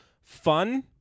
fun